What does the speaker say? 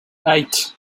eight